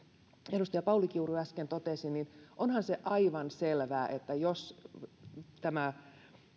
edustaja pauli kiuru äsken totesi niin onhan se aivan selvää että kun nykytilanteessa tämä